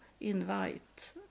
invite